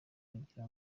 kugira